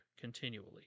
continually